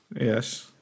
Yes